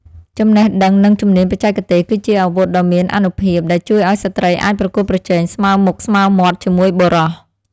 ចំណេះដឹងនិងជំនាញបច្ចេកទេស គឺជាអាវុធដ៏មានអានុភាពដែលជួយឱ្យស្ត្រីអាចប្រកួតប្រជែងស្មើមុខស្មើមាត់ជាមួយបុរស។